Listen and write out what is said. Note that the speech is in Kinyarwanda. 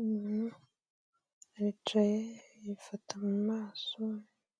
Umuntu aricaye yifata mu maso